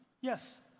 yes